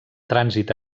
trànsit